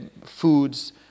foods